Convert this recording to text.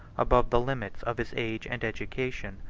above the limits of his age and education.